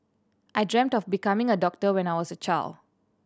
I dreamt of becoming a doctor when I was a child